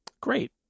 great